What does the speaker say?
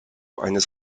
eines